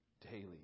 daily